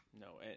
No